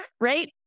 right